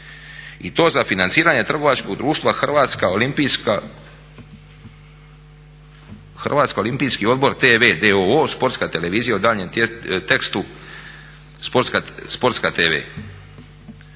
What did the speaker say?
i to za financiranje trgovačkog društva Hrvatski olimpijsko odbor TV d.o.o. sportska televizija u daljnjem tekstu, Sportska TV.